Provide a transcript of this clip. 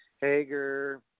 Hager